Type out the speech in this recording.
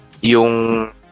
Yung